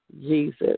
Jesus